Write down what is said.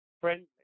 friendly